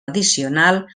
addicional